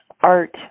art